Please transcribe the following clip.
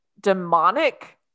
Demonic